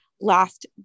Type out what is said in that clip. last